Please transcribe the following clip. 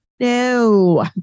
No